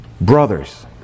brothers